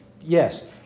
Yes